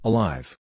Alive